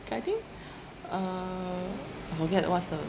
K I think uh forget what's the